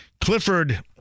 Clifford